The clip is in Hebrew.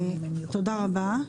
רבה.